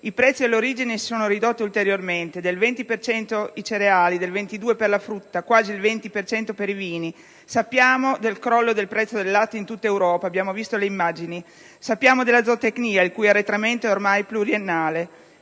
I prezzi all'origine si sono ridotti ulteriormente: del 20 per cento i cereali, del 22 per cento la frutta, quasi del 20 per cento i vini. Sappiamo del crollo del prezzo del latte in tutta Europa, abbiamo visto le immagini. Sappiamo della zootecnia, il cui arretramento è ormai pluriennale.